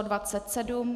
27.